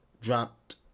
dropped